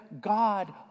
God